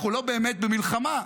אנחנו לא באמת במלחמה.